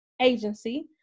Agency